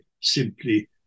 simply